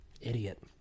Idiot